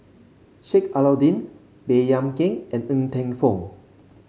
Sheik Alau'ddin Baey Yam Keng and Ng Teng Fong